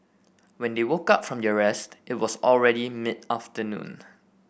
when they woke up from their rest it was already mid afternoon